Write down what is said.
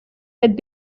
had